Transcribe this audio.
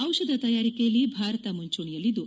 ಜಿಷಧ ತಯಾರಿಕೆಯಲ್ಲಿ ಭಾರತ ಮುಂಚೂಣಿಯಲ್ಲಿದ್ದು